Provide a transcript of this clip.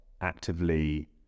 actively